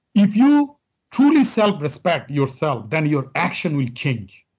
if you truly self-respect yourself, then your action will change.